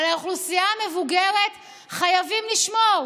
על האוכלוסייה המבוגרת חייבים לשמור.